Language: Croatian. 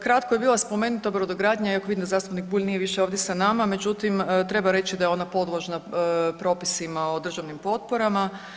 Kratko je bila spomenuta brodogradnja, iako vidim da zastupnik Bulj nije više ovdje sa nama, međutim treba reći da je ona podložna propisima o državnim potporama.